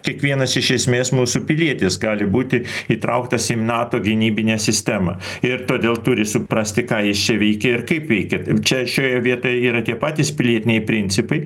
kiekvienas iš esmės mūsų pilietis gali būti įtrauktas į nato gynybinę sistemą ir todėl turi suprasti ką jis čia veikia ir kaip veikia čia šioje vietoje yra tie patys pilietiniai principai